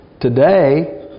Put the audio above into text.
Today